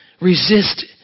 resist